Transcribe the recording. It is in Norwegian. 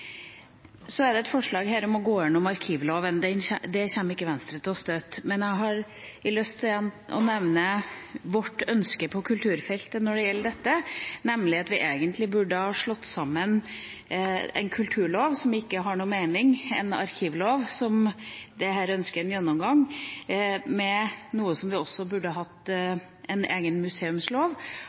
Det foreligger et forslag om å gå gjennom arkivloven. Det kommer ikke Venstre til å støtte. Men jeg har lyst til igjen å nevne vårt ønske på kulturfeltet når det gjelder dette, nemlig at vi egentlig burde ha slått sammen en kulturlov som ikke har noen mening, en arkivlov som en her ønsker en gjennomgang av, og en egen museumslov som vi også burde hatt, med en